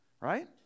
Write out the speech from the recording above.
right